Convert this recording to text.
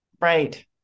Right